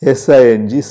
sing